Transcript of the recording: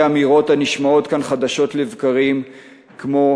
אמירות הנשמעות כאן חדשות לבקרים כמו: